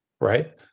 right